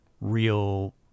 real